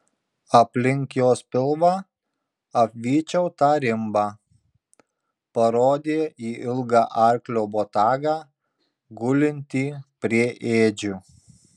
aplink jos pilvą apvyčiau tą rimbą parodė į ilgą arklio botagą gulintį prie ėdžių